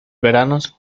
veranos